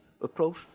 approach